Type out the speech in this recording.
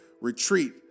retreat